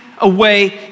away